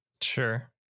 sure